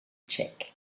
check